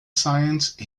science